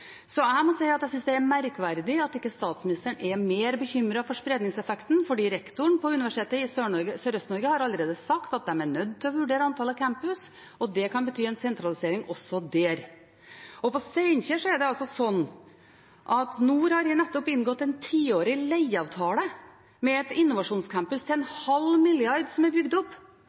merkverdig at ikke statsministeren er mer bekymret over spredningseffekten, for rektoren ved Universitetet i Sørøst-Norge har allerede sagt at de er nødt til å vurdere antallet campus, og det kan bety en sentralisering også der. Og på Steinkjer er det slik at Nord universitet nettopp har inngått en tiårig leieavtale med en innovasjonscampus – til en halv milliard kroner – som er bygd opp,